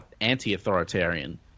anti-authoritarian